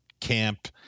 camp